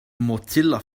mozilla